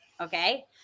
Okay